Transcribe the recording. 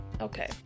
Okay